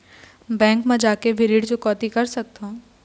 Bank मा जाके भी ऋण चुकौती कर सकथों?